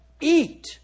eat